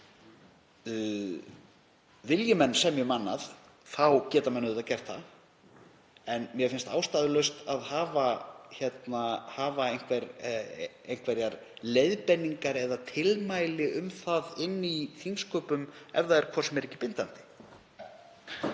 Vilji menn semja um annað geta menn auðvitað gert það. En mér finnst ástæðulaust að hafa einhverjar leiðbeiningar eða tilmæli um það í þingsköpum ef það er hvort sem er ekki bindandi.